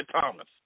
Thomas